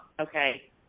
okay